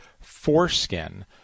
foreskin